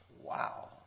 Wow